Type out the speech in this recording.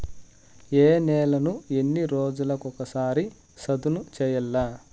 ఏ నేలను ఎన్ని రోజులకొక సారి సదును చేయల్ల?